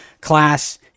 class